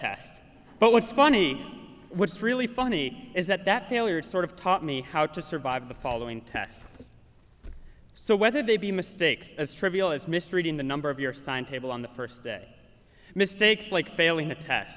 test but what's funny what's really funny is that that failure sort of taught me how to survive the following tests so whether they be mistakes as trivial as misreading the number of your sign table on the first day mistakes like failing a